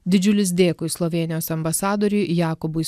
didžiulis dėkui slovėnijos ambasadoriui jakobui